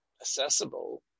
accessible